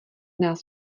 nás